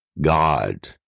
God